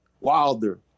Wilder